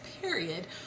period